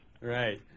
Right